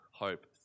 hope